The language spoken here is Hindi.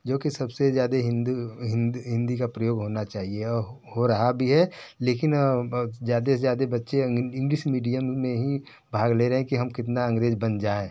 जो कि सबसे ज़्यादा हिंदी का प्रयोग होना चाहिए हो रहा भी है लेकिन ज़्यादा से ज़्यादा बच्चे अंग इंग्लिश मीडियम में ही भाग ले रहे है कि हम कितना अंग्रेज बन जाए